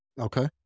Okay